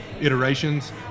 iterations